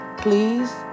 Please